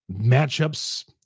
matchups